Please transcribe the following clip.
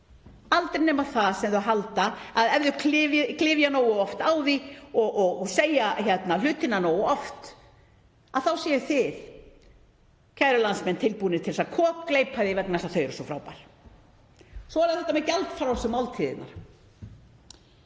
aldrei nema það sem þau halda að ef þau klifi nógu oft á því og segi hlutina nógu oft þá séuð þið, kæru landsmenn, tilbúnir til að kokgleypa vegna þess að þau eru frábær. Svo er það þetta með gjaldfrjálsu máltíðirnar.